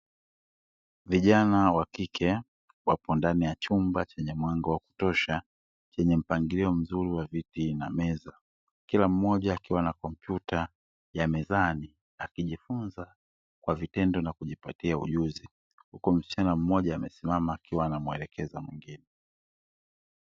Vijana wa kike wako ndani ya chumba chenye mwanga wa kutosha, chenye mpangilio mzuri wa viti na meza. Kila mmoja akiwa na kompyuta ya mezani akijifunza kwa vitendo na kujipatia ujuzi, huku msichana mmoja amesimama akimuelekeza mwingine.